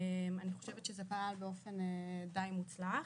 אני חושבת שזה פעל באופן די מוצלח.